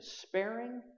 despairing